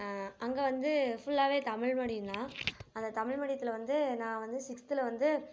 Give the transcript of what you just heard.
அங்கே வந்து ஃபுல்லாகவே தமிழ் மீடியம் தான் அந்த தமிழ் மீடியத்தில் வந்து நான் வந்து சிக்ஸ்த்தில் வந்து